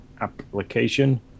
application